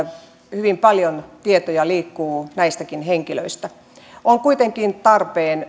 hyvin paljon tietoja liikkuu näistäkin henkilöistä on kuitenkin tarpeen